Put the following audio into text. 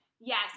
Yes